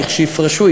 כשיפרשו,